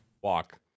walk